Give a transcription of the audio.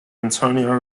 antonio